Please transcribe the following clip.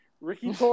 Ricky